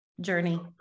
journey